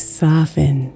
soften